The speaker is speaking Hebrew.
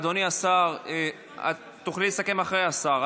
אדוני השר, תוכלי לסכם אחרי השר.